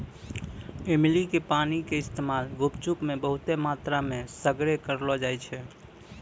इमली के पानी के इस्तेमाल गुपचुप मे बहुते मात्रामे सगरे करलो जाय छै